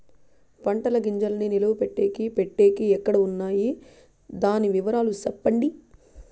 పంటల గింజల్ని నిలువ పెట్టేకి పెట్టేకి ఎక్కడ వున్నాయి? దాని వివరాలు సెప్పండి?